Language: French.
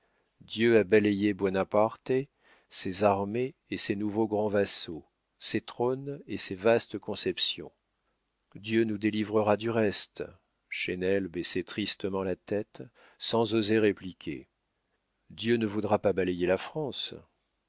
dieu a balayé buonaparte ses armées et ses nouveaux grands vassaux ses trônes et ses vastes conceptions dieu nous délivrera du reste chesnel baissait tristement la tête sans oser répliquer dieu ne voudra pas balayer la france